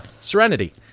Serenity